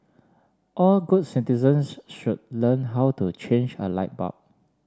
all good citizens should learn how to change a light bulb